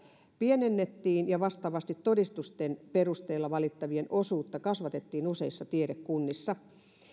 pienennettiin ja vastaavasti todistusten perusteella valittavien osuutta kasvatettiin useissa tiedekunnissa